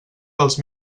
dels